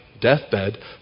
deathbed